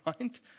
right